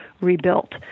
rebuilt